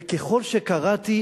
וככל שקראתי,